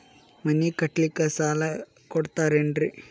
ಮನಿ ಕಟ್ಲಿಕ್ಕ ಸಾಲ ಕೊಡ್ತಾರೇನ್ರಿ?